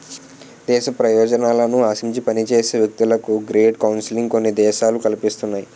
దేశ ప్రయోజనాలను ఆశించి పనిచేసే వ్యక్తులకు గ్రేట్ కౌన్సిలింగ్ కొన్ని దేశాలు కల్పిస్తున్నాయి